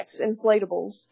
Inflatables